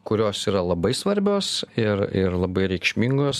kurios yra labai svarbios ir ir labai reikšmingos